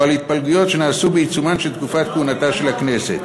או על התפלגויות שנעשו בעיצומה של תקופת כהונתה של הכנסת.